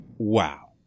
Wow